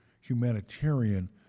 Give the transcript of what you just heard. humanitarian